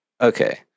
Okay